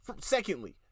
Secondly